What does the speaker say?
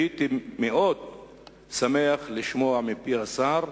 הייתי מאוד שמח לשמוע מפי השר,